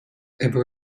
ever